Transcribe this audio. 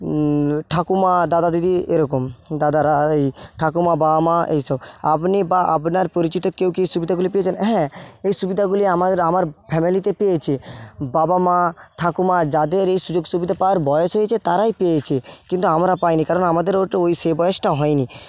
ঠাকুমা দাদা দিদি এরকম দাদারা এই ঠাকুমা বাবা মা এইসব আপনি বা আপনার পরিচিত কেউ কি এই সুবিধাগুলি পেয়েছেন হ্যাঁ এই সুবিধাগুলি আমার আমার ফ্যামিলিতে পেয়েছে বাবা মা ঠাকুমা যাদের এই সুযোগ সুবিধা পাওয়ার বয়স হয়েছে তারাই পেয়েছে কিন্তু আমরা পাইনি কারণ আমাদের ওইটা সেই বয়সটা হয়নি